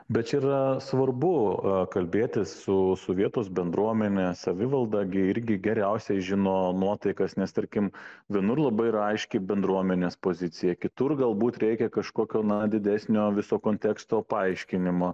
bet čia yra svarbu kalbėtis su su vietos bendruomene savivalda gi irgi geriausiai žino nuotaikas nes tarkim vienur labai yra aiški bendruomenės pozicija kitur galbūt reikia kažkokio na didesnio viso konteksto paaiškinimo